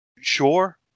Sure